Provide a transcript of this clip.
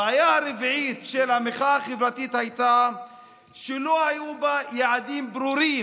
הבעיה הרביעית של המחאה החברתית הייתה שלא היו בה יעדים ברורים.